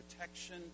protection